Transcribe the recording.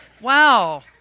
wow